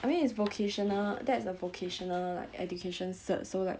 I mean it's vocational that's a vocational like education cert so like